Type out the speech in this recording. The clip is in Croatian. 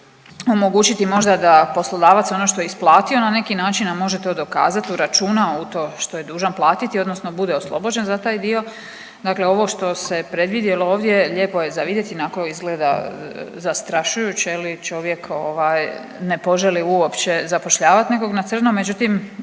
omogućiti možda da poslodavac ono što je isplatio na neki način a može to dokazati u računu, u to što je dužan platiti odnosno bude oslobođen za taj dio. Dakle, ovo što se predvidjelo ovdje lijepo je za vidjeti onako izgleda zastrašujuće. Čovjek ne poželi uopće zapošljavati nekog na crno. Međutim,